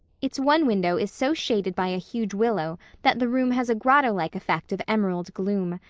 its one window is so shaded by a huge willow that the room has a grotto-like effect of emerald gloom.